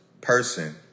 person